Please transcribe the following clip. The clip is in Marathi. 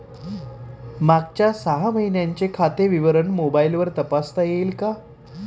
मागच्या सहा महिन्यांचे खाते विवरण मोबाइलवर तपासता येईल का?